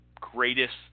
greatest